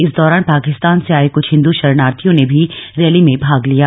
इस दौरान पाकिस्तान से आए कुछ हिन्दू शरणार्थियों ने भी रैली में भाग लिया